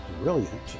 brilliant